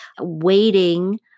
Waiting